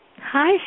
Hi